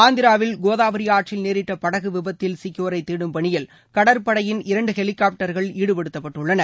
ஆந்திராவில் கோதாவரி ஆற்றில் நேரிட்ட படகு விபத்தில் சிக்கியோரை தேடும் பணியில் கடற்படையின் இரண்டு ஹெலிகாப்டர்கள் ஈடுபடுத்தப்பட்டுள்ளன